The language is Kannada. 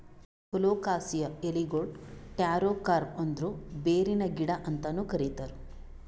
ಕೊಲೊಕಾಸಿಯಾ ಎಲಿಗೊಳಿಗ್ ಟ್ಯಾರೋ ಕಾರ್ಮ್ ಅಂದುರ್ ಬೇರಿನ ಗಿಡ ಅಂತನು ಕರಿತಾರ್